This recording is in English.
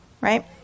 right